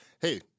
Hey